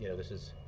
yeah this is